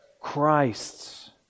Christ's